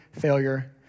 failure